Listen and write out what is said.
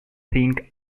think